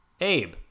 Abe